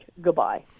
goodbye